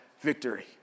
victory